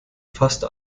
fast